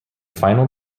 final